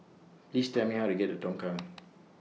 Please Tell Me How to get to Tongkang